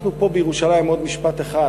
אנחנו פה בירושלים, עוד משפט אחד